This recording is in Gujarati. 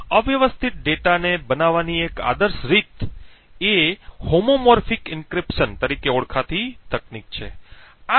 આવા અવ્યવસ્થિત ડેટાને બનાવવાની એક આદર્શ રીત એ હોમોમોર્ફિક એન્ક્રિપ્શન તરીકે ઓળખાતી તકનીક દ્વારા છે